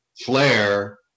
flair